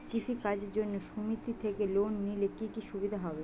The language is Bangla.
কৃষি কাজের জন্য সুমেতি থেকে লোন নিলে কি কি সুবিধা হবে?